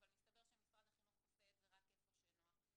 אבל מסתבר שמשרד החינוך עושה את זה רק איפה שנוח.